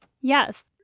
Yes